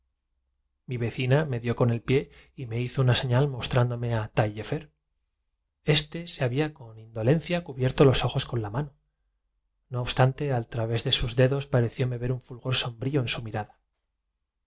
mi vecina me dió con el pie y me hizo una seña mostrándome a turbación eterna mi muerte será sin taiuefer este se había con indolencia cubierto los ojos con la mano una tacha pero hay un más allá en esta interrogación súbita se encerraba todo el siglo xviii no obstante al través de sus dedos parecióme ver un fulgor sombrío en su mirada